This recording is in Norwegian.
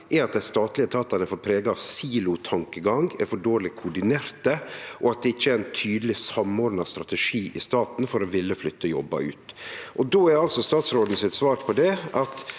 er at dei statlege etatane er for prega av silotankegang, er for dårleg koordinerte, og at det ikkje er ein tydeleg samordna strategi i staten for å ville flytte jobbar ut. Då er statsråden sitt svar på det at